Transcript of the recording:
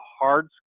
hard